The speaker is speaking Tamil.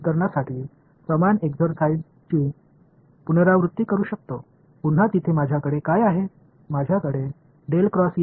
என்னிடம் இருப்பதுக்கு சமம் எனவே நீடித்திருக்கும் அதே சான்று வரி வரியாக பிரதிபலிக்க முடியும்